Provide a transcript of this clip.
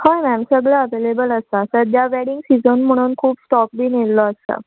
हय मॅम सगळो अवेलेबल आसा सद्द्या वॅडींग सिजन म्हणून खूब स्टॉक बीन येयल्लो आसा